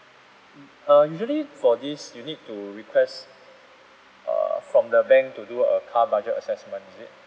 uh uh usually for this you need to request err from the bank to do a car budget assessment is it